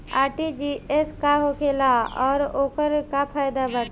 RTGS का होखेला और ओकर का फाइदा बाटे?